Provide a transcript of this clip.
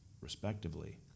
respectively